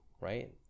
right